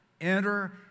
Enter